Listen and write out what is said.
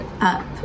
up